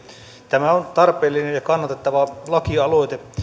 tämä on tarpeellinen ja kannatettava lakialoite